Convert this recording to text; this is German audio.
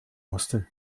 musste